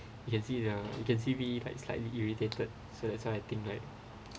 you can see lah you can see me like slightly irritated so that's why I think like